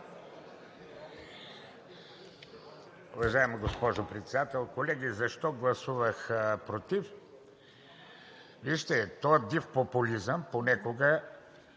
Уважаема госпожо Председател, колеги! Защо гласувах против? Вижте, този див популизъм понякога…